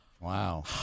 Wow